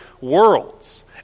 worlds